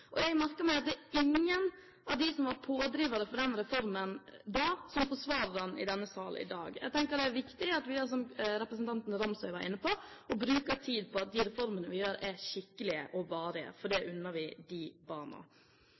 Jeg merker meg at det er ingen av dem som var pådrivere for den reformen da, som forsvarer den i denne sal i dag. Det er viktig at vi, som representanten Nilsson Ramsøy var inne på, bruker tid på at de reformene vi gjennomfører, skal bli skikkelige og varige, for det unner vi